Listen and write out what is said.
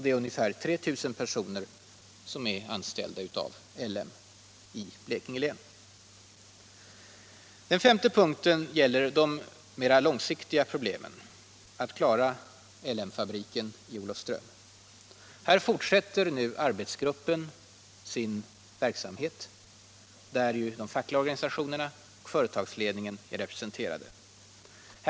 Det är ungefär 3 000 personer som är anställda vid LM i Blekinge län. 5. Vidare har vi de mera långsiktiga problemen, att klara L M-fabriken i Olofström. Här fortsätter den centrala arbetsgruppen sin verksamhet, där ju de fackliga organisationerna och företagsledningen är representerade.